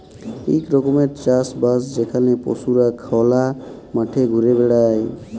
ইক রকমের চাষ বাস যেখালে পশুরা খলা মাঠে ঘুরে বেড়ায়